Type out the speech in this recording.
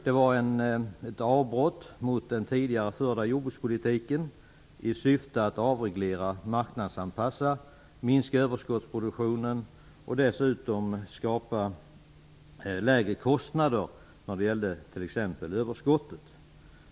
Det var ett avbrott mot den tidigare förda jordbrukspolitiken i syfte att avreglera, marknadsanpassa, minska överskottsproduktionen och dessutom skapa lägre kostnader när det gällde t.ex. överskotten.